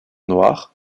noirs